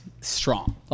strong